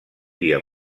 dia